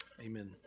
Amen